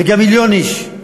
וגם מיליון איש.